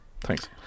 Thanks